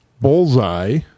bullseye